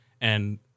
and-